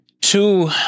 two